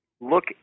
Look